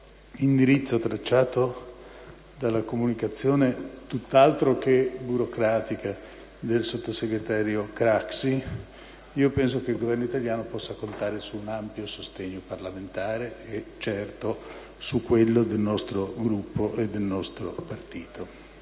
sull'indirizzo tracciato dalla comunicazione tutt'altro che burocratica della sottosegretario Craxi, penso che il Governo italiano possa contare su un ampio sostegno parlamentare e certo su quello del nostro Gruppo e del nostro Partito.